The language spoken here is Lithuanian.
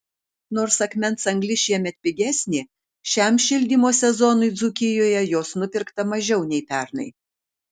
nors akmens anglis šiemet pigesnė šiam šildymo sezonui dzūkijoje jos nupirkta mažiau nei pernai